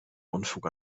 unfug